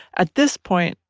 at this point,